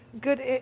good